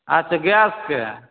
अच्छा गैसके